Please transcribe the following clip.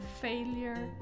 failure